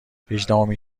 هجدهمین